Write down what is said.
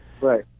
Right